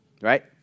Right